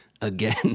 again